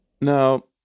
Now